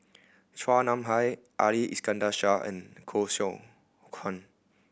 Chua Nam Hai Ali Iskandar Shah and Koh Seow Chuan